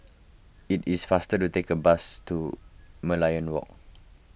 it is faster to take a bus to Merlion Walk